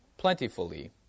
Plentifully